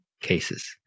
cases